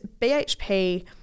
BHP